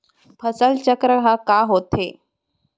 फसल चक्र का होथे?